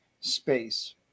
space